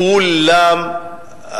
כולם,